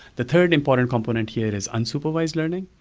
the third important component here is unsupervised learning.